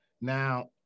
Now